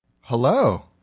Hello